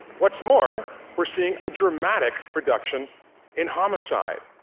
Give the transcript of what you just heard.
what's more, we're seeing a dramatic reduction in homicide.